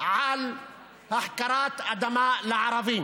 על החכרת אדמה לערבים